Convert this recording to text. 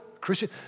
Christian